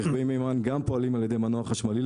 רכבי מימן גם פועלים על ידי מנוע חשמלי,